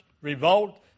revolt